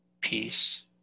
Peace